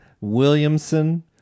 Williamson